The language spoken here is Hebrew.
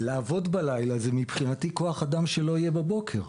לעבוד בלילה זה מבחינתי כוח אדם שלא יהיה בבוקר.